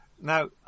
now